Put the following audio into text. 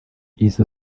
izo